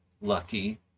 Lucky